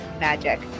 magic